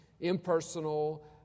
impersonal